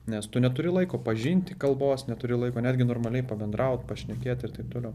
nes tu neturi laiko pažinti kalbos neturi laiko netgi normaliai pabendraut pašnekėt ir taip toliau